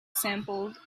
sampled